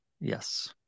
Yes